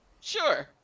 sure